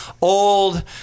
old